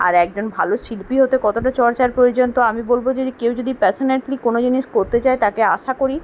আর একজন ভালো শিল্পী হতে কতোটা চর্চার প্রয়োজন তো আমি বলবো যে কেউ যদি প্যাশনেটলি কোনো জিনিস করতে চায় তাকে আশা করি